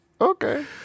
Okay